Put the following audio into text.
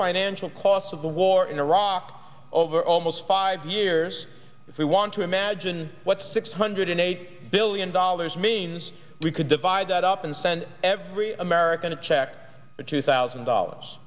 financial cost of the war in iraq over almost five years if we want to imagine what six hundred and eight billion dollars means we could divide that up and send every american a check for two thousand dollars